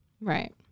Right